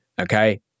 Okay